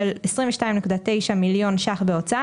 עוטפים את הנפטר בצורה בטוחה,